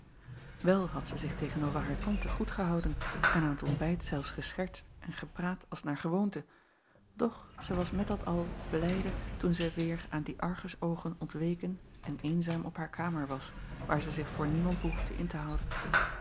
el had zij zich tegen-over haar tante goed gehouden en aan t ontbijt zelfs geschertst en gepraat als naar gewoonte doch zij was met dat al blijde toen zij weêr aan die rgusoogen ontweken en eenzaam op haar kamer was waar zij zich voor niemand behoefde in te houden